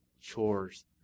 chores